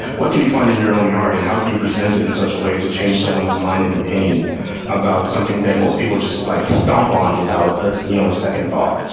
what can you find in your own yard, and how can you present it in such a way to change someone's mind and opinion about something that most people just like stomp on without ah you know a second thought?